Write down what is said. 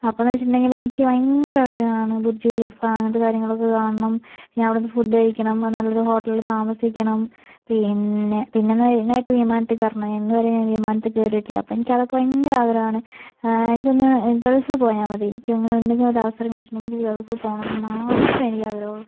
അപ്പോഴെന്നു വെച്ചിട്ടുണ്ടെങ്കിൽ എനിക്ക് ഭയങ്കര ആഗ്രഹമാണ് ബുർജ് ഖലീഫ അങ്ങനത്തെ കാര്യങ്ങളൊക്കെ കാണണം ഞാൻ അവിടെ നിന്ന് ഫുഡ്ഡ് കഴിക്കണം നല്ലൊരു ഹോട്ടലിൽ താമസിക്കണം പിന്നെ പിന്നെയെന്ന് മെയ്നായിട്ട് വിമാനത്തിൽ കയറണം ഞാൻ ഇന്നുവരെ ഞാൻ വിമാനത്തിൽ കയറിയിട്ടില്ല അപ്പോൾ എനിക്ക് അതൊക്കെ ഭയങ്കര ആഗ്രഹമാണ് എനിക്കൊന്നു ഗൾഫിൽപ്പോയാൽ മതി എനിക്ക് അങ്ങനെ എന്തെങ്കിലും ഒരവസരം കിട്ടിയിട്ടുണ്ടെങ്കിൽ ഗൾഫിൽ പോകണമെന്നു മാത്രമേ എനിക്കാഗ്രഹമുള്ളു